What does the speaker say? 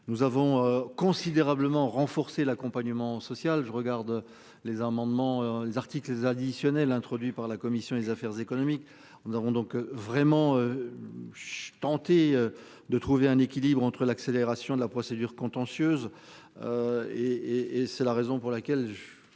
Nous avons considérablement renforcé l'accompagnement social. Je regarde les amendements, les articles additionnels introduit par la commission des affaires économiques. Nous avons donc vraiment. Tenter. De trouver un équilibre entre l'accélération de la procédure contentieuse. Hé hé hé. C'est la raison pour laquelle